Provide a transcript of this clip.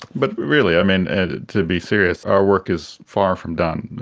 but really, um and and to be serious, our work is far from done.